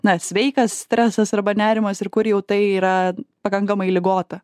na sveikas stresas arba nerimas ir kur jau tai yra pakankamai ligota